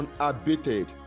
unabated